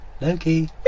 Loki